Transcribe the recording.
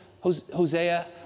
Hosea